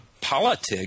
politics